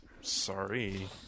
sorry